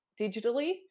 digitally